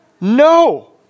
no